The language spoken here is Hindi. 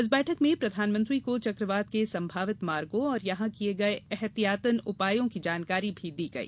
इस बैठक में प्रधानमंत्री को चक्रवात के संभावित मार्गों और यहां किये गये एहातियतन उपायों की जानकारी भी दी गई